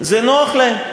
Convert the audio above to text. זה נוח להם.